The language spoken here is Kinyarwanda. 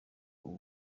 ubu